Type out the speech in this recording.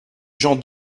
jean